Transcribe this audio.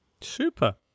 Super